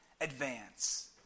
advance